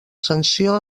sanció